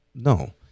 No